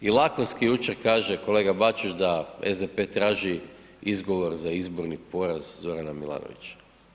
I lakonski jučer kaže kolega Bačić da SDP traži izgovor za izborni poraz Zorana Milanovića.